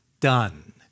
done